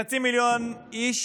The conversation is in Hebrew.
חצי מיליון איש